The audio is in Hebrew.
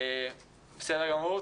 בסדר גמור,